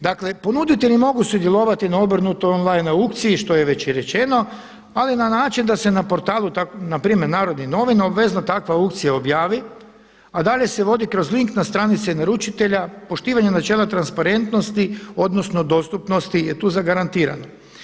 Dakle, ponuditelji mogu sudjelovati na obrnutoj on-line aukciji što je već i rečeno ali na način da se na portalu, na primjer Narodnih novina obvezno takva aukcija objavi, a dalje se vodi kroz link na stranici naručitelja poštivanjem načela transparentnosti odnosno dostupnosti je tu zagarantirano.